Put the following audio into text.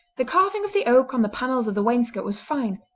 the carving of the oak on the panels of the wainscot was fine,